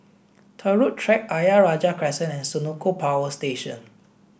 Turut Track Ayer Rajah Crescent and Senoko Power Station